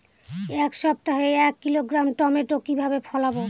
এক সপ্তাহে এক কিলোগ্রাম টমেটো কিভাবে ফলাবো?